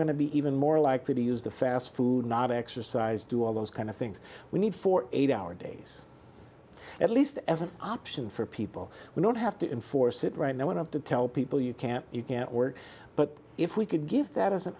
to be even more likely to use the fast food not exercise do all those kind of things we need four eight hour days at least as an option for people who don't have to enforce it right now want to tell people you can't you can't work but if we could give that as an